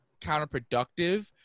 counterproductive